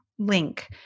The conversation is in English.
link